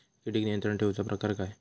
किडिक नियंत्रण ठेवुचा प्रकार काय?